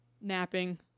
Napping